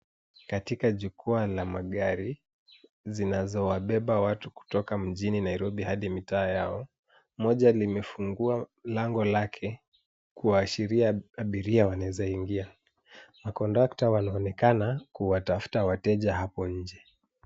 Katika jukwaa la magari zinazo wabeba watu kutoka mjini Nairobi hadi mitaa yao. Moja limefungua lango lake kuashiria abiria wanaweza ingia. Makondakta wanaonekana kuwatafuta wateja hapo njee.